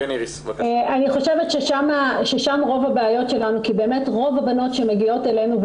אני חושבת ששם רוב הבעיות שלנו כי באמת רוב הבנות שמגיעות אלינו,